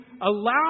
allow